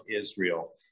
Israel